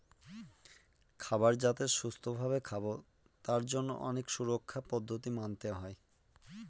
খাবার যাতে সুস্থ ভাবে খাবো তার জন্য অনেক সুরক্ষার পদ্ধতি মানতে হয়